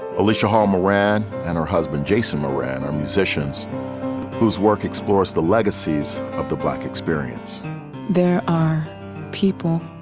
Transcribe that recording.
alicia hall moran and her husband jason moran, ah musicians whose work explores the legacies of the black experience there are people.